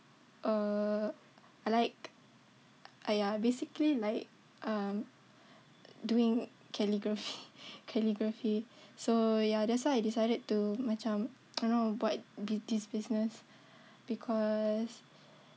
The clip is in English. uh I like !aiya! basically like um doing calligraphy calligraphy so ya that's why I decided to macam you know buat this business because